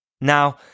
Now